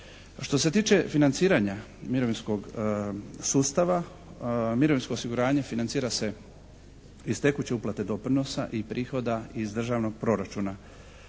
Što se tiče financiranja mirovinskog sustava, mirovinsko osiguranje financira se iz tekuće uplate doprinosa i prihoda iz državnog proračuna